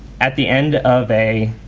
at the end of a